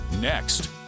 next